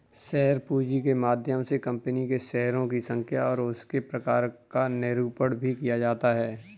share पूंजी के माध्यम से कंपनी के शेयरों की संख्या और उसके प्रकार का निरूपण भी किया जाता है